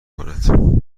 کند